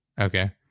Okay